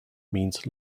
means